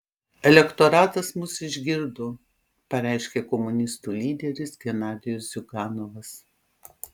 elektoratas mus išgirdo pareiškė komunistų lyderis genadijus ziuganovas